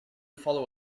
follow